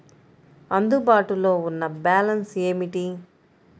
అందుబాటులో ఉన్న బ్యాలన్స్ ఏమిటీ?